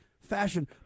fashion